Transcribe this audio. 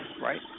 right